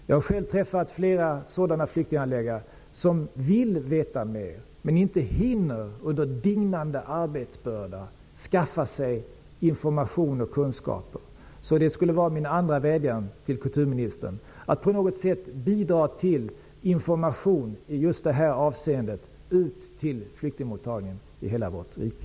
Jag har själv träffat flera flyktinghandläggare som vill veta mer, men som under dignande arbetsbörda inte hinner skaffa sig information och kunskaper. Det skulle vara min andra vädjan till kulturministern, att på något sätt bidra till information i just det här avseendet ut till flyktingmottagningarna i hela vårt rike.